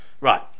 right